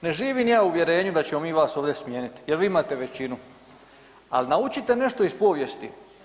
Ne živim ja u uvjerenju da ćemo mi vas ovdje smijeniti jer vi imate većinu, ali naučite nešto iz povijesti.